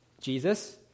Jesus